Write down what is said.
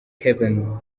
kevin